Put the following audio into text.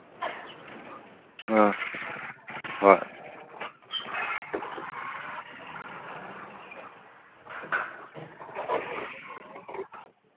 ꯑꯥ ꯍꯣꯏ